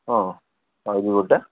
ହଁ ପାଉଁଜି ଗୋଟେ